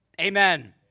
Amen